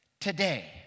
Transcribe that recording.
Today